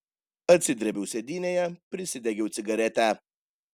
atsidrėbiau sėdynėje prisidegiau cigaretę